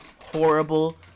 horrible